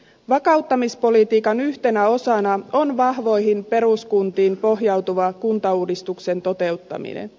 vakauttamispolitiikan yhtenä osana on vahvoihin peruskuntiin pohjautuva kuntauudistuksen toteuttaminen